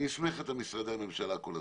היא נסמכת על משרדי הממשלה כל הזמן.